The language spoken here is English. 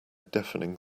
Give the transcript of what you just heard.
deafening